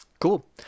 Cool